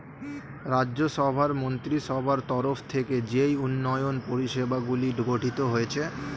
রাজ্য সভার মন্ত্রীসভার তরফ থেকে যেই উন্নয়ন পরিষেবাগুলি গঠিত হয়েছে